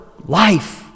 life